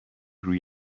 روی